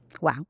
Wow